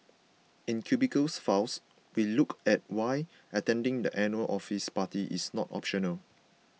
in Cubicles Files we look at why attending the annual office party is not optional